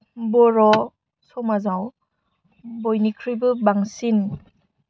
बर' समाजाव बयनिख्रुइबो बांसिन